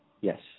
Yes